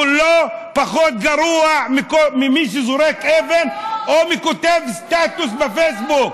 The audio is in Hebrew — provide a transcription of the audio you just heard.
הוא לא פחות גרוע ממי שזורק אבן או מכותב סטטוס בפייסבוק.